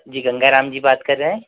जी गंगा राम जी बात कर रहें हैं